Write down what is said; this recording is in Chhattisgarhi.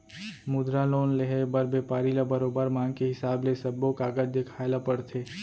मुद्रा लोन लेहे बर बेपारी ल बरोबर मांग के हिसाब ले सब्बो कागज देखाए ल परथे